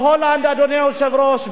בהולנד, אדוני היושב-ראש,